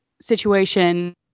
situation